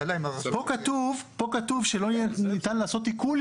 כאן כתוב שיותר לא יהיה ניתן לעשות עיקול.